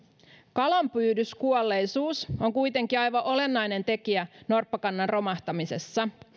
kalanpyydyskuolleisuus on kuitenkin aivan olennainen tekijä norppakannan romahtamisessa